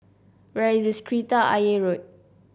where is Kreta Ayer Road